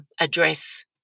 address